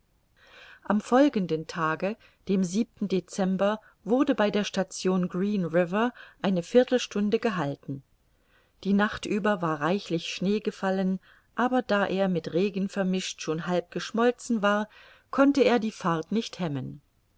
am folgenden tage dem dezember wurde bei der station green river eine viertelstunde gehalten die nacht über war reichlich schnee gefallen aber da er mit regen vermischt schon halb geschmolzen war konnte er die fahrt nicht hemmen